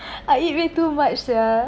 I eat way too much ah